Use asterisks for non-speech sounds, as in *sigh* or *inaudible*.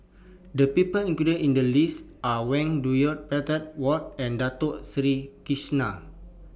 The People included in The list Are Wang Dayuan *unintelligible* Whatt and Dato Sri Krishna